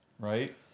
Right